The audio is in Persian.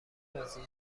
بازیه